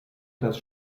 das